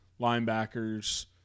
linebackers